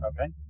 Okay